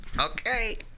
Okay